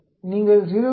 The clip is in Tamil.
நீங்கள் 0